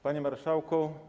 Panie Marszałku!